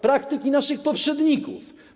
Praktyki naszych poprzedników.